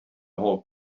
whole